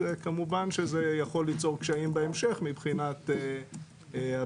כמובן שזה יכול ליצור קשיים בהמשך מבחינת הבנייה.